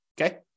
okay